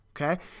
Okay